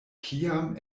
kiam